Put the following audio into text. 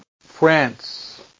France